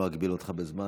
לא אגביל אותך בזמן.